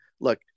look